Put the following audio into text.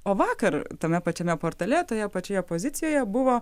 o vakar tame pačiame portale toje pačioje pozicijoje buvo